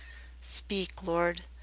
speak, lord,